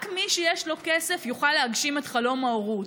רק מי שיש לו כסף יוכל להגשים את חלום ההורות.